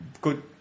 good